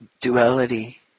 duality